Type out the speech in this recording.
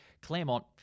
Claremont